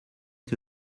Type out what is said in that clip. que